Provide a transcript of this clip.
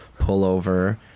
pullover